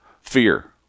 fear